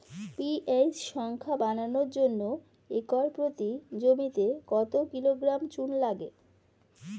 PH সংখ্যা বাড়ানোর জন্য একর প্রতি জমিতে কত কিলোগ্রাম চুন লাগে?